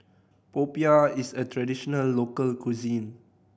popiah is a traditional local cuisine